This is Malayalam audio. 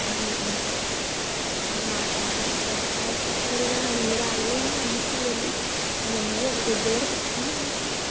ആ ആ ആ ഓക്കെ നല്ല ഫ്രഷായ പച്ചക്കറികളാണ് ഇന്ന് രാവിലെയാണ് വന്നിട്ടുള്ളത് അപ്പോൾ നിങ്ങൾ റെഗുലർ കസ്റ്റമറായ കാരണം